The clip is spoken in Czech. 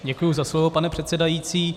Děkuji za slovo, pane předsedající.